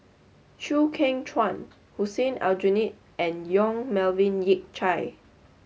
Chew Kheng Chuan Hussein Aljunied and Yong Melvin Yik Chye